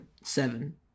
Seven